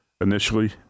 initially